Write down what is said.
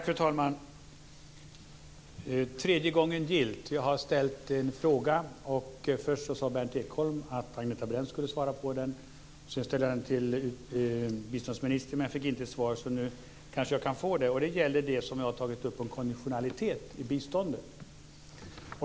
Fru talman! Detta är tredje gången gillt. Jag har ställt en fråga. Först sade Berndt Ekholm att Agneta Brendt skulle svara på den. Sedan ställde jag den till biståndsministern men hon svarade inte. Nu kan jag kanske få ett svar. Det gäller det som jag har tagit upp om konditionalitet i biståndet.